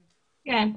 כן.